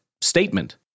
statement